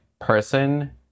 person